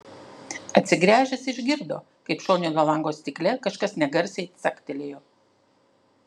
atsigręžęs išgirdo kaip šoninio lango stikle kažkas negarsiai caktelėjo